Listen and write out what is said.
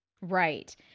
Right